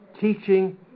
teaching